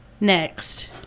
next